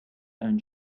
own